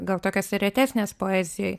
gal tokios ir retesnės poezijoj